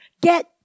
get